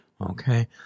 Okay